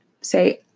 say